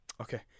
Okay